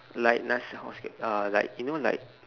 like nas~ how say uh like you know like